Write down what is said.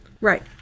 Right